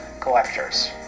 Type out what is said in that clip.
collectors